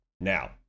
Now